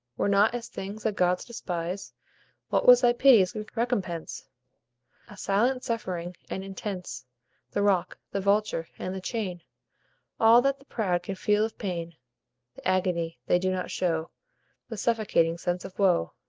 were not as things that gods despise what was thy pity's recompense? a silent suffering, and intense the rock, the vulture, and the chain all that the proud can feel of pain the agony they do not show the suffocating sense of woe.